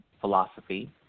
philosophy